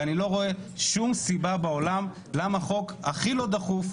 ואני לא רואה שום סיבה בעולם למה חוק הכי לא דחוף,